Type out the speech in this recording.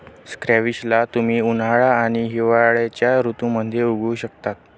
squash ला तुम्ही उन्हाळा आणि हिवाळ्याच्या ऋतूमध्ये उगवु शकता